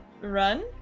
run